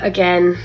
Again